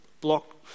block